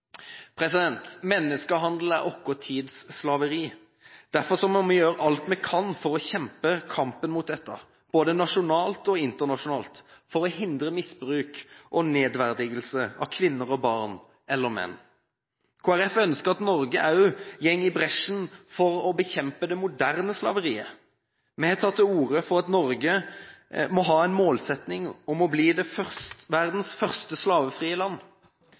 menneskehandel. Menneskehandel er vår tids slaveri. Derfor må vi gjøre alt vi kan for å kjempe kampen mot dette – både nasjonalt og internasjonalt – for å hindre misbruk og nedverdigelse av kvinner, barn eller menn. Kristelig Folkeparti ønsker at Norge også går i bresjen for å bekjempe det moderne slaveriet. Vi har tatt til orde for at Norge må ha en målsetning om å bli verdens første slavefrie land.